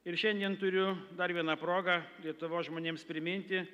ir šiandien turiu dar vieną progą lietuvos žmonėms priminti